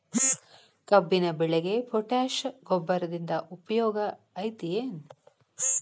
ಕಬ್ಬಿನ ಬೆಳೆಗೆ ಪೋಟ್ಯಾಶ ಗೊಬ್ಬರದಿಂದ ಉಪಯೋಗ ಐತಿ ಏನ್?